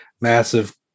massive